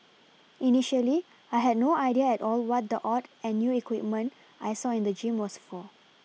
initially I had no idea at all what the odd and new equipment I saw in the gym was for